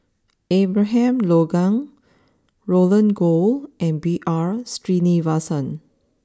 Abraham Logan Roland Goh and B R Sreenivasan